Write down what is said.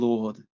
Lord